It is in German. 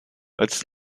als